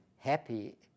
happy